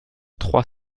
trois